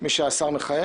מי שהיה שר מכהן